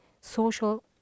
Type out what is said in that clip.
social